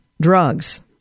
drugs